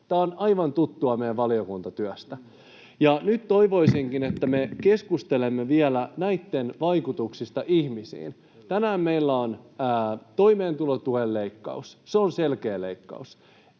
Tämä on aivan tuttua meidän valiokuntatyöstä. Nyt toivoisinkin, että me keskustelemme vielä näitten vaikutuksista ihmisiin. Tänään meillä on toimeentulotuen leikkaus, se on selkeä leikkaus.